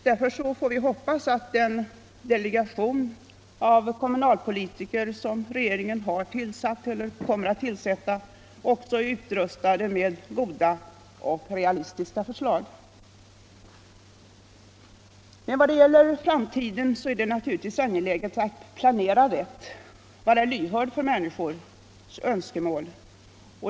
Därför får vi hoppas att den delegation av kommunalpolitiker som regeringen har tillsatt — eller kommer att tillsätta — också skall vara utrustad med goda och realistiska förslag. När det gäller framtiden är det givetvis angeläget att planera rätt och vara lyhörd för människors önskemål.